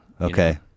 Okay